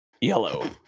yellow